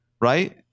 right